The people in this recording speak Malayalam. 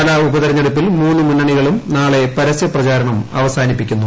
പാലാ ഉപതെരഞ്ഞെടുപ്പിൽ മൂന്നു മുന്നണികളും നാളെ പരസ്യപ്രചരണം അവസാനിപ്പിക്കുന്നു